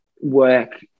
work